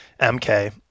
MK